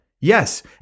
Yes